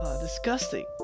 disgusting